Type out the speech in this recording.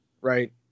right